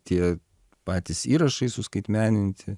tie patys įrašai suskaitmeninti